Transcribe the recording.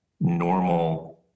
normal